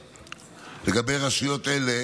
לגבי רשויות אלה